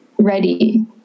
ready